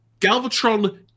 Galvatron